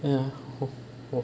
ya